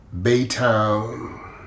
Baytown